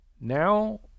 Now